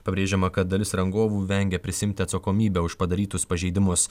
pabrėžiama kad dalis rangovų vengia prisiimti atsakomybę už padarytus pažeidimus